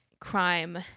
crime